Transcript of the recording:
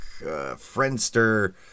friendster